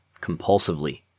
compulsively